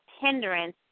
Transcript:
hindrance